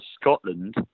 Scotland